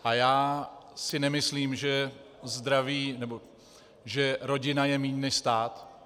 A já si nemyslím, že zdraví nebo že rodina je méně než stát.